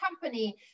company